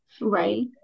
Right